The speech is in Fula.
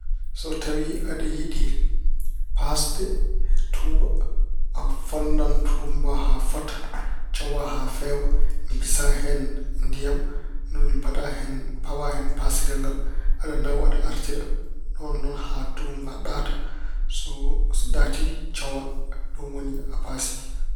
So tawi aɗa yiɗi paasde tuuba, a fonndan tuuba haa fota, cowa haa feewa, mbisa hen ndiyam. Ni woni mbaɗa hen- pawa hen paasirgal ngal m, aɗa nawa, aɗa artira. Noon noon haa tuuba ɗaata. So ɗaati, cowa. Ɗum woni, a paasi.